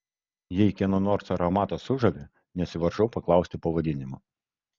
jei kieno nors aromatas sužavi nesivaržau paklausti pavadinimo